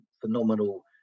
phenomenal